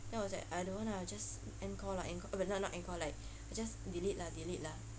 then I was like ah I don't want ah I'll just end call lah end call but not end call like just delete lah delete lah